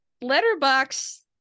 letterbox